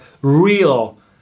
real